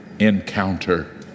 encounter